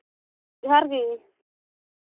ᱡᱚᱸᱦᱟᱨ ᱜᱮ